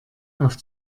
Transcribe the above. auf